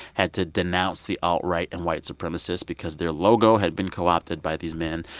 had to denounce the alt-right and white supremacists because their logo had been co-opted by these men.